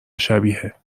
شبیه